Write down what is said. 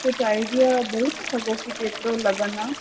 कुझु आइडिया ॾेई था सघो की केतिरो लॻंदा